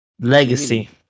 Legacy